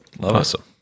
Awesome